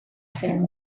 zen